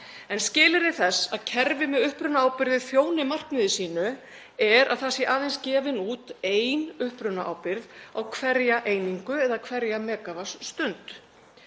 En skilyrði þess að kerfi með upprunaábyrgðir þjóni markmiði sínu er að aðeins sé gefin út ein upprunaábyrgð á hverja einingu eða hverja megavattstund.